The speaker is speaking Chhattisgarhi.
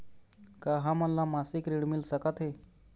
का हमन ला मासिक ऋण मिल सकथे?